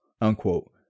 unquote